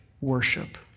worship